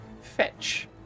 fetch